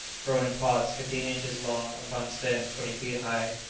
growing in pods fifteen inches long upon stems twenty feet high,